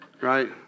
right